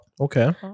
Okay